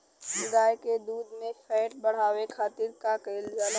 गाय के दूध में फैट बढ़ावे खातिर का कइल जाला?